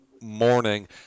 morning